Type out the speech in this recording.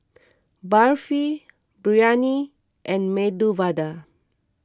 Barfi Biryani and Medu Vada